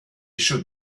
should